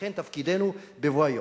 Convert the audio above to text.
ולכן תפקידנו בבוא היום,